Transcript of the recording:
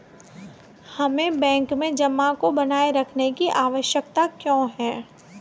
हमें बैंक में जमा को बनाए रखने की आवश्यकता क्यों है?